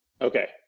Okay